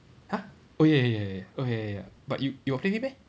!huh! oh ya ya ya ya oh ya ya but you you got play with him meh